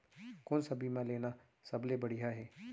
कोन स बीमा लेना सबले बढ़िया हे?